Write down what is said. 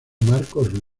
marcos